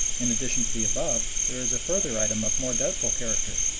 in addition to the above there is a further item of more doubtful character,